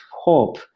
hope